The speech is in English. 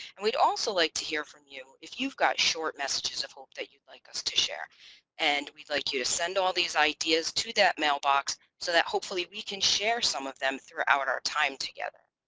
and we'd also like to hear from you if you've got short messages of hope that you'd like us to share and we'd like you to send all these ideas to that mailbox so that hopefully we can share some of them throughout our time together.